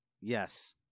Yes